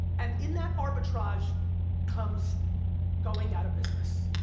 and in that arbitrage comes going out of business.